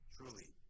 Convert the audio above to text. Truly